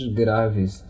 graves